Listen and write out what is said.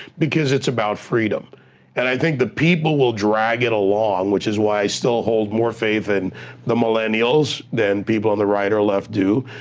because it's about freedom and i think the people will drag it along, which is why i still hold more faith in and the millennials than people on the right or left do.